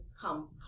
come